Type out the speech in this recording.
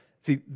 See